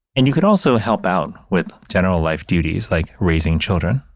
and you could also help out with general life duties like raising children,